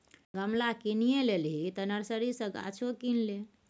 गमला किनिये लेलही तँ नर्सरी सँ गाछो किन ले